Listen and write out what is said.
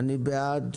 אני בעד.